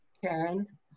Karen